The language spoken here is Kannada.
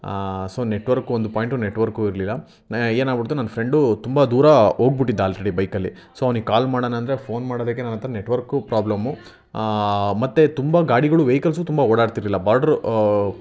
ಸೊ ನೆಟ್ವರ್ಕ್ ಒಂದು ಪಾಯಿಂಟು ನೆಟ್ವರ್ಕೂ ಇರಲಿಲ್ಲ ಏನಾಗಿ ಬಿಡ್ತು ನನ್ನ ಫ್ರೆಂಡು ತುಂಬ ದೂರ ಹೋಗ್ಬುಟ್ಟಿದ್ದ ಆಲ್ರೆಡಿ ಬೈಕಲ್ಲಿ ಸೊ ಅವ್ನಿಗೆ ಕಾಲ್ ಮಾಡೋಣ ಅಂದರೆ ಫೋನ್ ಮಾಡೋದಕ್ಕೆ ನನ್ನ ಹತ್ರ ನೆಟ್ವರ್ಕೂ ಪ್ರಾಬ್ಲಮ್ಮು ಮತ್ತು ತುಂಬ ಗಾಡಿಗಳು ವೆಹಿಕಲ್ಸೂ ತುಂಬ ಓಡಾಡ್ತಿರಲಿಲ್ಲ ಬೋರ್ಡ್ರು ಇದು